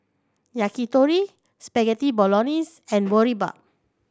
Yakitori Spaghetti Bolognese and Boribap